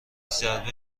ضربه